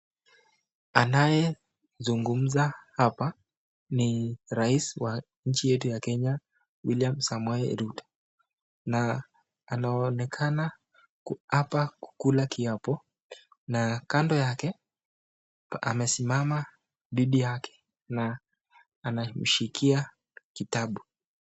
Anayezungumza hapa ni rais wa nchi yetu ya Kenya Wiliam Samoei Ruto na anaonekana kuhapa kula kiapo na kando yake amesimama bibi yake na anamshikia kitabu.